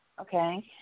okay